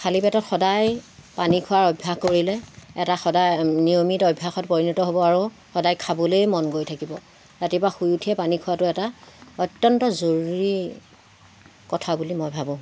খালী পেটত সদায় পানী খোৱাৰ অভ্যাস কৰিলে এটা সদায় নিয়মিত অভ্যাসত পৰিণত হ'ব আৰু সদায় খাবলে মন গৈ থাকিব ৰাতিপুৱা শুই উঠিয়ে পানী খোৱাটো এটা অত্যন্ত জৰুৰী কথা বুলি মই ভাবোঁ